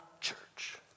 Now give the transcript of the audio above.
church